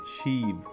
achieve